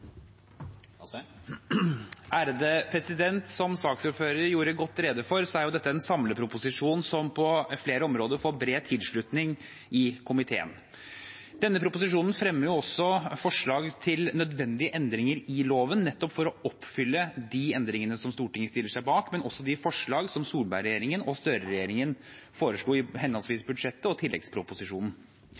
Som saksordføreren gjorde godt rede for, er dette en samleproposisjon som på flere områder får bred tilslutning i komiteen. Denne proposisjonen fremmer også forslag til nødvendige endringer i loven, nettopp for å oppfylle de endringene som Stortinget stiller seg bak, men også de forslagene som Solberg-regjeringen og Støre-regjeringen foreslo i henholdsvis budsjettet og tilleggsproposisjonen.